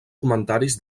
comentaris